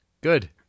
good